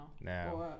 now